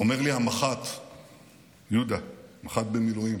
אומר לי המח"ט יהודה, מח"ט במילואים,